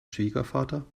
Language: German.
schwiegervater